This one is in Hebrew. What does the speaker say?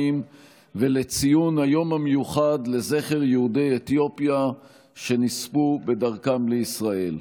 ולציון היום המיוחד לזכר יהודי אתיופיה שנספו בדרכם לישראל.